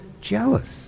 jealous